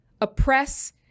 oppress